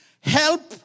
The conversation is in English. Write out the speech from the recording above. help